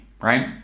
right